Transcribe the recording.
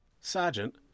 Sergeant